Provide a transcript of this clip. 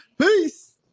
Peace